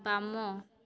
ବାମ